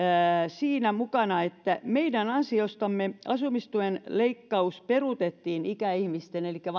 tässä mukana meidän ansiostamme asumistuen leikkaus peruutettiin ikäihmisiltä elikkä